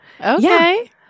Okay